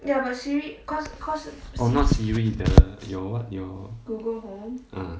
oh not siri the your what your ah